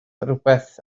rhywbeth